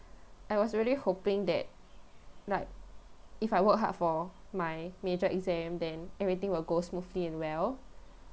I was really hoping that like if I work hard for my major exam then everything will go smoothly and well